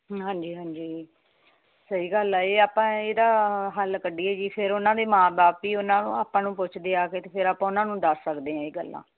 ਹਾਂਜੀ ਹਾਂਜੀ ਸਹੀ ਗੱਲ ਹੈ ਇਹ ਆਪਾਂ ਇਹਦਾ ਹੱਲ ਕੱਢੀਏ ਜੀ ਫਿਰ ਉਹਨਾਂ ਦੇ ਮਾਂ ਬਾਪ ਬਈ ਉਹਨਾਂ ਨੂੰ ਆਪਾਂ ਨੂੰ ਪੁੱਛਦੇ ਆ ਕੇ ਅਤੇ ਫਿਰ ਆਪਾਂ ਉਹਨਾਂ ਨੂੰ ਦੱਸ ਸਕਦੇ ਹਾਂ ਇਹ ਗੱਲਾਂ